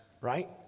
right